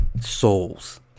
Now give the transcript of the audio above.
souls